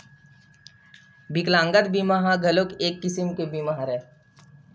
बिकलांगता बीमा ह घलोक एक किसम के बीमा हरय